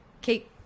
kate